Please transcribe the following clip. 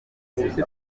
iminsi